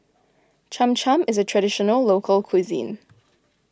Cham Cham is a Traditional Local Cuisine